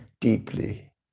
deeply